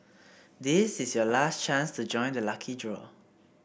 this is your last chance to join the lucky draw